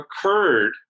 occurred